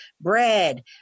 bread